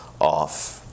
off